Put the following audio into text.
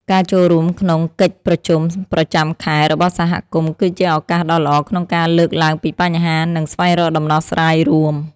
ការចូលរួមក្នុងកិច្ចប្រជុំប្រចាំខែរបស់សហគមន៍ គឺជាឱកាសដ៏ល្អក្នុងការលើកឡើងពីបញ្ហា និងស្វែងរកដំណោះស្រាយរួម។